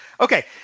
Okay